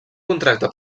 contracte